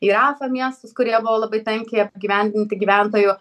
į rafa miestus kurie buvo labai tankiai apgyvendinti gyventojų